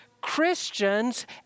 Christians